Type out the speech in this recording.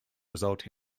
result